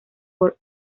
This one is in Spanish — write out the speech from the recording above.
por